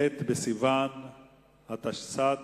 ט' בסיוון התשס"ט,